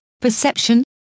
Perception